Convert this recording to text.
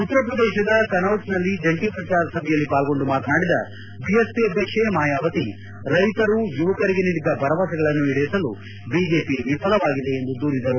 ಉತ್ತರ ಪ್ರದೇಶದ ಕನೌಜ್ನಲ್ಲಿ ಜಂಟಿ ಪ್ರಚಾರ ಸಭೆಯಲ್ಲಿ ಪಾಲ್ಗೊಂಡು ಮಾತನಾಡಿದ ಬಿಎಸ್ಪಿ ಅಧ್ಯಕ್ಷೆ ಮಾಯಾವತಿ ರೈತರು ಯುವಕರಿಗೆ ನೀಡಿದ್ದ ಭರವಸೆಗಳನ್ನು ಈಡೇರಿಸಲು ಬಿಜೆಪಿ ವಿಫಲವಾಗಿದೆ ಎಂದು ದೂರಿದರು